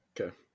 Okay